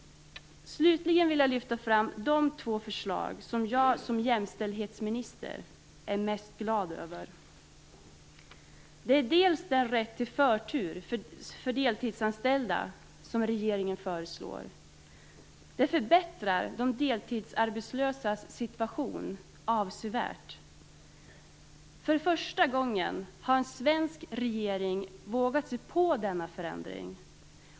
Slutligen vill jag lyfta fram de två förslag som jag som jämställdhetsminister är mest glad över. Det är för det första den rätt till förtur för deltidsanställda som regeringen föreslår. Det förbättrar de deltidsarbetslösas situation avsevärt. För första gången har en svensk regering vågat sig på denna förändring.